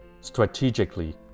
strategically